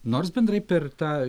nors bendrai per tą